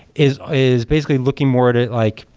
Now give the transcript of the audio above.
is is basically looking more at it like,